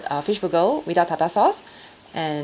uh fish burger without tartar sauce and